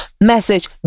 message